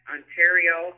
Ontario